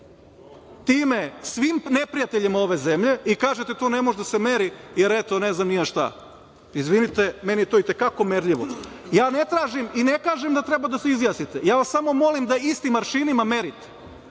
svim neprijateljima ove zemlje i kažete da to ne može da se meri, jer eto, ne znam ni ja šta. Izvinite, meni je to i te kako merljivo. Ja ne tražim i ne kažem da treba da se izjasnite, ja vas samo molim da istim aršinima merite,